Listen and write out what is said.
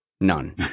None